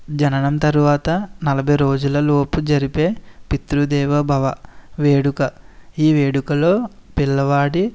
జననం తరువాత నలభై రోజులలోపు జరిపే పితృదేవోభవ వేడుక ఈ వేడుకలో పిల్లవాడి